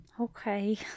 Okay